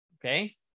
okay